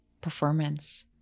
performance